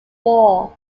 war